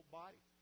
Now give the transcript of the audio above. body